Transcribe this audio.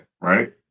right